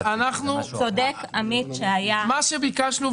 מה שביקשנו,